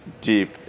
deep